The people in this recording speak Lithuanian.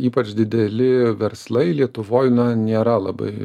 ypač dideli verslai lietuvoj na nėra labai